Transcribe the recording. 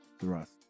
thrust